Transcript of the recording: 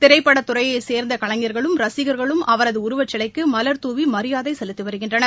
திரைப்படத் துறையைச் சேர்ந்த கலைஞர்களும் ரசிகள்களும் அவரது உருவச்சிலைக்கு மலர்துவி மரியாதை செலுத்தி வருகின்றனர்